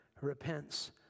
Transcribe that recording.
repents